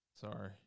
Sorry